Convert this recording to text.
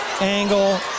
angle